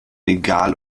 egal